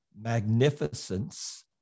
magnificence